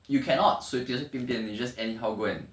you cannot 随随便便 you just anyhow go and